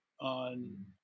on